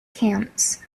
camps